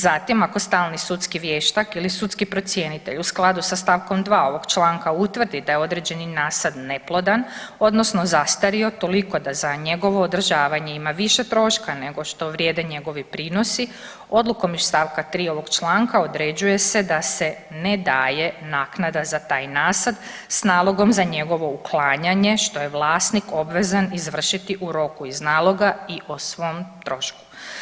Zatim ako stalni sudski vještak ili sudski procjenitelj u skladu sa st. 2. ovog članka utvrdi da je određeni nasad neplodan odnosno zastario toliko da za njegovo održavanje ima više troška nego što vrijede njegovi prinosi odlukom iz st. 3. ovog članka određuje se da se ne daje naknada za taj nasad s nalogom za njegovo uklanjanje, što je vlasnik obvezan izvršiti u roku iz naloga i o svom trošku.